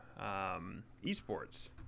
esports